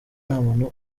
ntamuntu